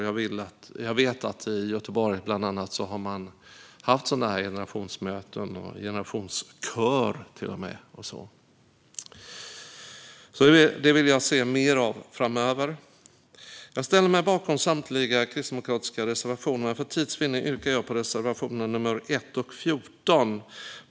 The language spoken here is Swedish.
Jag vet att man i bland annat Göteborg har haft sådana generationsmöten och till och med en generationskör. Det vill jag se mer av framöver. Jag ställer mig bakom samtliga kristdemokratiska reservationer, men för tids vinning yrkar jag bifall endast till reservationerna 1 och 14.